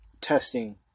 testing